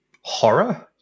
Horror